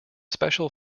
special